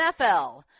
NFL